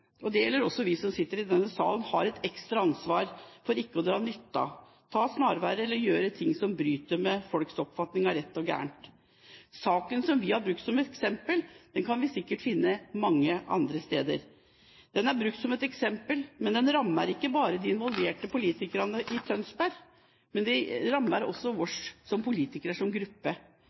og det gjelder også oss som sitter i denne sal – har et ekstra ansvar for ikke å dra nytte av, ta snarveier eller gjøre ting som bryter med folks oppfatning av rett og galt. Saken som vi har brukt som eksempel, kan vi sikkert finne mange andre steder. Den er brukt som eksempel, men den rammer ikke bare de involverte politikerne i Tønsberg, den rammer også oss politikere som gruppe.